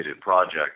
project